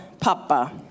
Papa